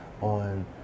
on